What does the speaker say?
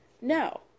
No